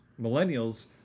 Millennials